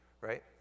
right